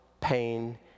pain